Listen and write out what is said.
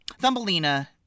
Thumbelina